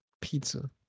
pizza